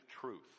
truth